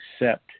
accept